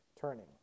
Turning